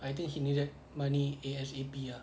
I think he needed money A_S_A_P ah